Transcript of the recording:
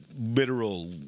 literal